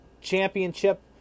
championship